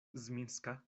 zminska